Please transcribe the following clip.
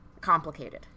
complicated